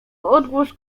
odgłos